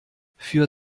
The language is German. für